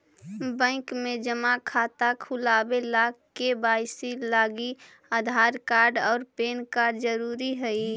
bank में जमा खाता खुलावे ला के.वाइ.सी लागी आधार कार्ड और पैन कार्ड ज़रूरी हई